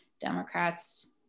Democrats